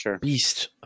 beast